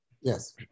yes